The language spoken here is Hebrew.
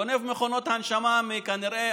גונב מכונות הנשמה כנראה,